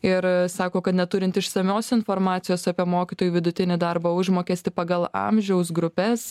ir sako kad neturint išsamios informacijos apie mokytojų vidutinį darbo užmokestį pagal amžiaus grupes